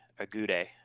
Agude